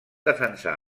defensar